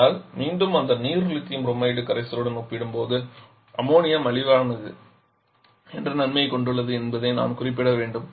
ஆனால் மீண்டும் அந்த நீர் லித்தியம் புரோமைடு கரைசலுடன் ஒப்பிடும்போது அம்மோனியா மலிவானது என்ற நன்மையைக் கொண்டுள்ளது என்பதை நான் குறிப்பிட வேண்டும்